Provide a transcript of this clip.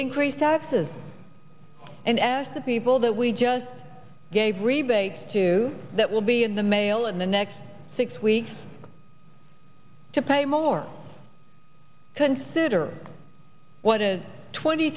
increase taxes and ask the people that we just gave rebates to that will be in the mail in the next six weeks to pay more considered what a twenty